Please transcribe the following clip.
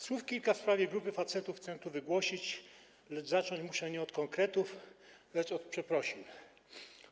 Słów kilka w sprawie grupy facetów chcę tu wygłosić,/ lecz zacząć muszę nie od konkretów, lecz od przeprosin.